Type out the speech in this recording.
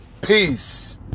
Peace